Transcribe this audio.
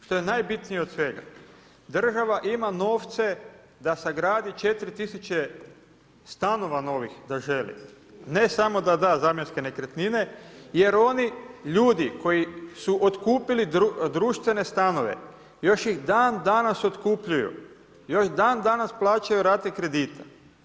Što je najbitnije od svega, država ima novce da sagradi 4 tisuće stanova novih da želi, ne samo da da zamjenske nekretnine, jer oni, ljudi koji su otkupili društvene stanove još ih dan danas otkupljuju, još dan danas plaćaju rate kredita.